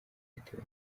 yatewe